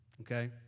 Okay